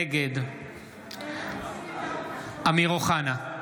משה אבוטבול, נגד אמיר אוחנה,